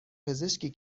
پزشکی